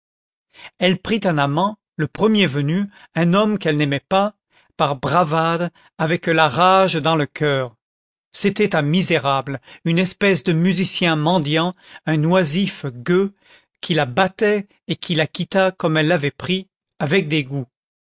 elle prit un amant le premier venu un homme qu'elle n'aimait pas par bravade avec la rage dans le coeur c'était un misérable une espèce de musicien mendiant un oisif gueux qui la battait et qui la quitta comme elle l'avait pris avec dégoût